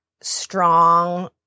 strong